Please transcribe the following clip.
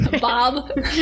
Bob